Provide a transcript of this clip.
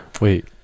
Wait